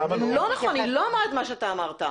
הוא לא אמרה מה שאתה אמרת.